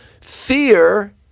Fear